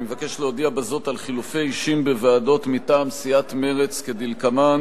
אני מבקש להודיע בזאת על חילופי אישים בוועדות מטעם סיעת מרצ כדלקמן: